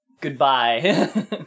goodbye